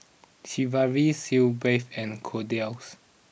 Sigvaris Sitz bath and Kordel's